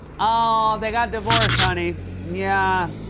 ah they got divorced, honey. yeah.